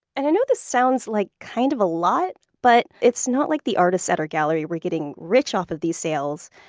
and i know this sounds like kind of a lot, but it's not like the artists at her gallery were getting rich off of these sales.